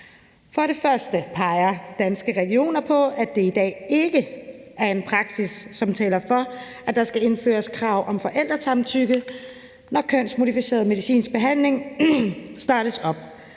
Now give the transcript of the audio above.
For det første peger Danske Regioner på, at der i dag ikke er en praksis, som taler for, at der skal indføres krav om forældresamtykke, når kønsmodificerende medicinsk behandling startes op.